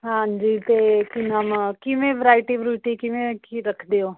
ਹਾਂਜੀ ਤੇ ਕੀ ਨਾਮ ਕਿਵੇਂ ਵਿਰਾਇਟੀ ਵਿਰੂਇਟੀ ਕਿਵੇਂ ਕੀ ਰੱਖਦੇ ਓ